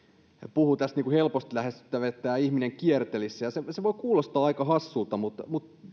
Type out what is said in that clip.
puhuivat tästä helposti lähestyttävästä että tämä ihminen kiertelisi siellä se voi kuulostaa aika hassulta mutta